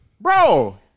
Bro